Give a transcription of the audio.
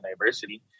diversity